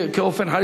כאופן האי,